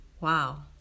Wow